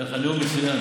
היה לך נאום מצוין.